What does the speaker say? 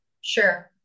Sure